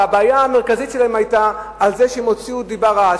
הבעיה המרכזית שלהם היתה שהם הוציאו דיבה רעה.